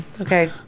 Okay